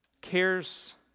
cares